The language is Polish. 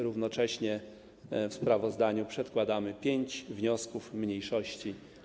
Równocześnie w sprawozdaniu przedkładamy pięć wniosków mniejszości.